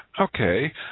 Okay